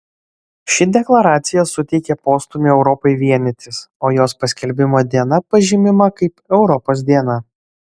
ši deklaracija suteikė postūmį europai vienytis o jos paskelbimo diena pažymima kaip europos diena